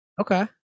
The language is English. okay